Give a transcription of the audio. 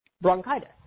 bronchitis